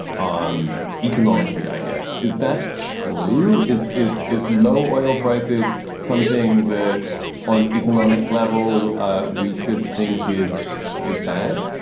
um economically, i guess is that true? is is is low oil prices something that on economic level ah we should think is is bad?